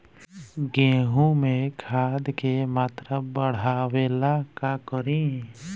गेहूं में खाद के मात्रा बढ़ावेला का करी?